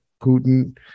Putin